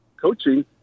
coaching